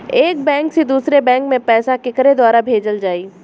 एक बैंक से दूसरे बैंक मे पैसा केकरे द्वारा भेजल जाई?